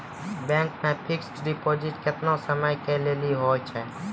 Bank मे fixed deposit केतना समय के लेली होय छै?